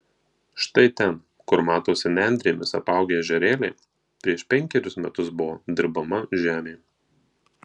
štai ten kur matosi nendrėmis apaugę ežerėliai prieš penkerius metus buvo dirbama žemė